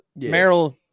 Meryl